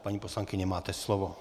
Paní poslankyně, máte slovo.